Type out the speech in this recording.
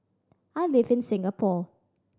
I live in Singapore